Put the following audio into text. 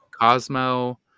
Cosmo